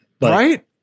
Right